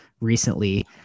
recently